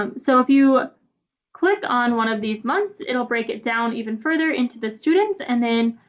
um so if you click on one of these months it'll break it down even further into the students and then